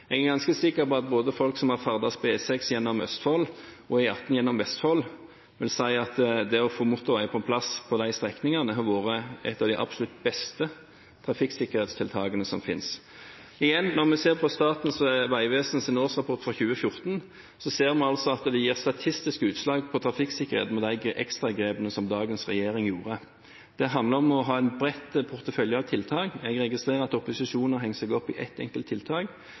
Jeg er ganske sikker på at folk som har ferdes på både E6 gjennom Østfold og E18 gjennom Vestfold, vil si at det å få motorvei på plass på de strekningene har vært et av de absolutt beste trafikksikkerhetstiltakene som finnes. Igjen: Når vi ser på Statens vegvesens årsrapport fra 2014, ser vi at de ekstra grepene som dagens regjering gjorde, gir statistisk utslag på trafikksikkerheten. Det handler om å ha en bred portefølje av tiltak. Jeg registrerer at opposisjonen har hengt seg opp i ett enkelt tiltak.